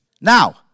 Now